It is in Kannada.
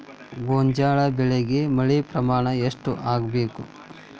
ಗೋಂಜಾಳ ಬೆಳಿಗೆ ಮಳೆ ಪ್ರಮಾಣ ಎಷ್ಟ್ ಆಗ್ಬೇಕ?